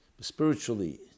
spiritually